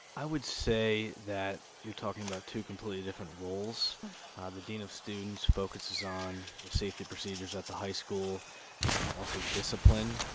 i would say that you're talking about two completely different roles the dean of students focuses on safety procedures at the high school also discipline.